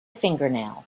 fingernail